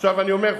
עכשיו אני אומר,